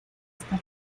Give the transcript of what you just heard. esta